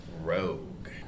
Rogue